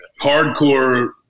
hardcore